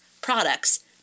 products